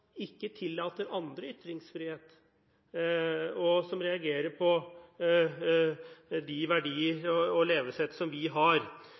ikke tillater andre ytringsfrihet, og som reagerer på de verdier og det levesettet som vi har.